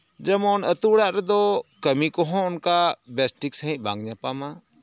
ᱡᱮᱢᱚᱱ ᱟᱹᱛᱩ ᱚᱲᱟᱜ ᱨᱮᱫᱚ ᱠᱟᱹᱢᱤ ᱠᱚᱦᱚᱸ ᱚᱱᱠᱟ ᱵᱮᱥᱴᱷᱤᱠ ᱥᱟᱺᱦᱤᱡ ᱵᱟᱝ ᱧᱟᱯᱟᱢᱟ